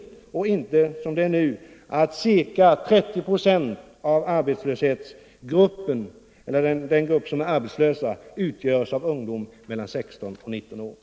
Det får 176 inte vara så som det är nu att ca 30 procent av det totala antalet arbetslösa utgörs av ungdomar mellan 16 och 19 år.